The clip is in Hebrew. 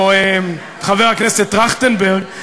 או חבר הכנסת טרכטנברג,